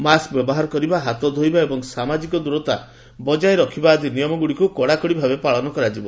mask ବ୍ୟବହାର କରିବା ହାତ ଧୋଇବା ଏବଂ ସାମାଜିକ ଦୂରତା ବଜାୟ ରଖିବା ଆଦି ନିୟମଗୁଡ଼ିକୁ କଡ଼ାକଡ଼ି ଭାବେ ପାଳନ କରାଯିବ